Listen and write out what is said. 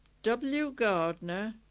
w gardener,